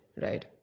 right